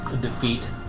defeat